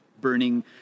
burning